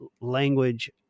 language